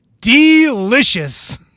delicious